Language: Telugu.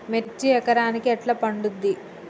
మిర్చి ఎకరానికి ఎట్లా పండుద్ధి?